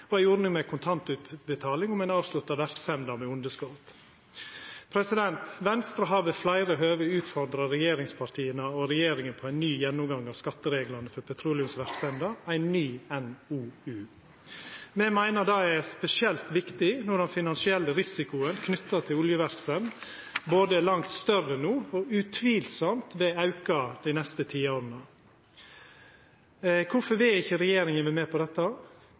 ordning med kontantutbetaling om ein avsluttar verksemda med underskot. Venstre har ved fleire høve utfordra regjeringspartia og regjeringa på ein ny gjennomgang av skattereglane for petroleumsverksemda, ei ny NOU. Me meiner det er spesielt viktig når den finansielle risikoen knytt til oljeverksemd både er langt større no og utvilsamt vil auka dei neste ti åra. Kvifor vil ikkje regjeringa vera med på dette?